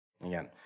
Again